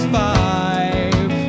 five